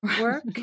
work